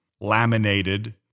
laminated